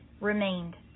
remained